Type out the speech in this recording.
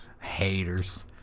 Haters